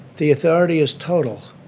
the authority is total.